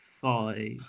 five